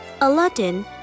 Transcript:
Aladdin